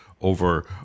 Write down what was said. over